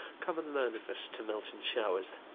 come, and learn of us to melt in showers.